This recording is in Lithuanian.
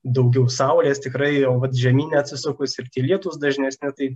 daugiau saulės tikrai jau vat žemyne atsisukus ir tie lietūs dažnesni tai